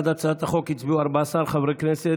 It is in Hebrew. בעד הצעת החוק הצביעו 14 חברי כנסת,